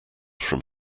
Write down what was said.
from